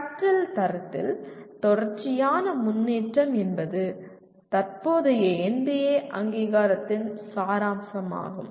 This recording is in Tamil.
கற்றல் தரத்தில் தொடர்ச்சியான முன்னேற்றம் என்பது தற்போதைய NBA அங்கீகாரத்தின் சாராம்சமாகும்